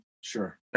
Sure